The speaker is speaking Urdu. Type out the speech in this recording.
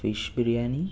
فش بریانی